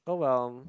oh well